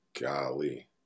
golly